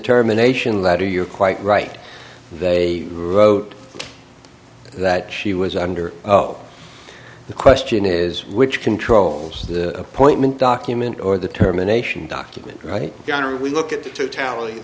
terminations that are you're quite right they wrote that she was under oath the question is which controls the appointment document or the terminations document right we look at the t